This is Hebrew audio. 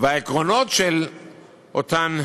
והעקרונות של אותם